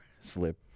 slip